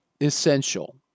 essential